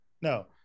no